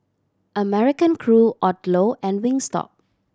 American Crew Odlo and Wingstop